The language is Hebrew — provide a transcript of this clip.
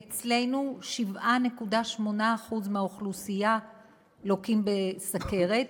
אצלנו 7.8% מהאוכלוסייה לוקים בסוכרת,